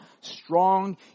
strong